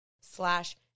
slash